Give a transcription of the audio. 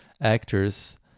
actors